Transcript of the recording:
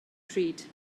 pryd